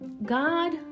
God